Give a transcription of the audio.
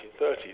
1930s